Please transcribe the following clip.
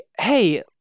hey